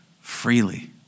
freely